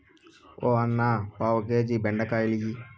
ఓ అన్నా, పావు కేజీ బెండకాయలియ్యి